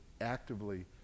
actively